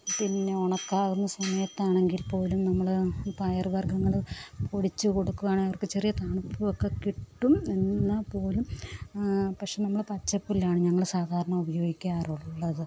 പിന്നെ ഉണക്കാവുന്ന സമയത്താണെങ്കില് പോലും നമ്മൾ പയർ വര്ഗങ്ങൾ പൊടിച്ച് കൊടുക്കുകയാണെങ്കിൽ അവര്ക്ക് ചെറിയൊരു തണുപ്പും ഒക്കെ കിട്ടും എന്നാൽ പോലും പക്ഷെ നമ്മൾ പച്ചപ്പുല്ലാണ് ഞങ്ങള് സാധാരണ ഉപയോഗിക്കാറുള്ളത്